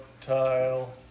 tile